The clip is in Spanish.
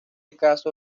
caso